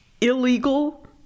Illegal